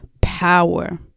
power